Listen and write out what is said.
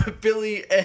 Billy